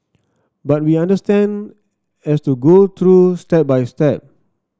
but we understand has to go through step by step